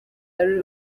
ari